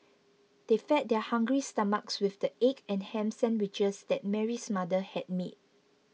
they fed their hungry stomachs with the egg and ham sandwiches that Mary's mother had made